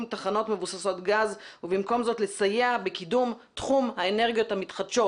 תחנות מבוססות גז ובמקום זאת לסייע בקידום תחום האנרגיות המתחדשות.